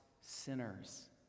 sinners